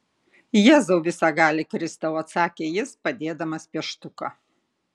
jėzau visagali kristau atsakė jis padėdamas pieštuką